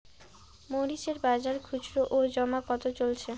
মরিচ এর বাজার খুচরো ও জমা কত চলছে?